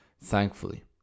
Thankfully